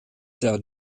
der